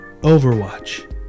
Overwatch